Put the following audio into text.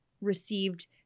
received